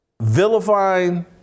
vilifying